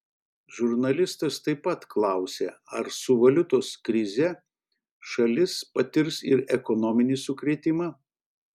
žurnalistas taip pat klausė ar su valiutos krize šalis patirs ir ekonominį sukrėtimą